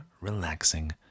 relaxing